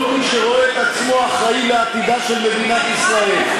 כל מי שרואה את עצמו אחראי לעתידה של מדינת ישראל.